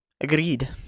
Agreed